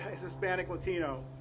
Hispanic-Latino